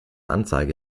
anzeige